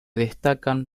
destacan